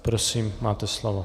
Prosím máte slovo.